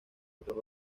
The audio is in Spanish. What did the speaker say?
otros